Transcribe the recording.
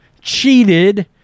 cheated